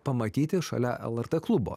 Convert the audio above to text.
pamatyti šalia lrt klubo